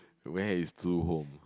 where is true home